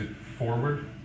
forward